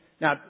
Now